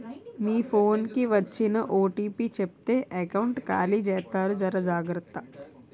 మీ phone కి వచ్చిన OTP చెప్తే ఎకౌంట్ ఖాళీ జెత్తారు జర జాగ్రత్త